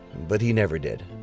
but he never did.